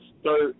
start